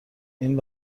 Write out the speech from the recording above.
این